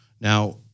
Now